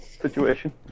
situation